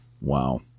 Wow